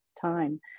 time